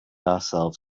ourselves